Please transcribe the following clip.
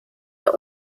der